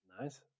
Nice